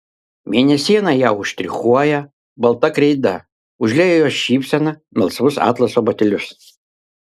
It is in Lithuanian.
mėnesiena ją užštrichuoja balta kreida užlieja jos šypseną melsvus atlaso batelius